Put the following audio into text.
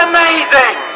Amazing